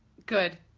good,